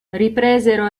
ripresero